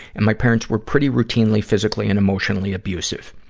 and my parents were pretty routinely physically and emotionally abusive.